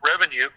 revenue